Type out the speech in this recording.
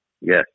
Yes